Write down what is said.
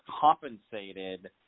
compensated